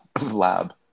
lab